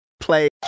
Play